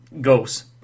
goes